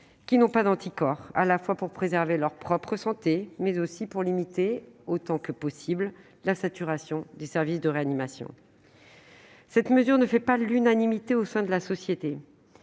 qui n'ont pas d'anticorps ; à la fois pour préserver leur propre santé, mais aussi pour limiter autant que possible la saturation des services de réanimation. Cette mesure ne fait pas l'unanimité au sein de la société,